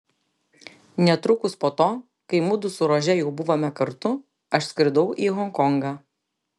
netrukus po to kai mudu su rože jau buvome kartu aš skridau į honkongą